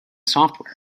software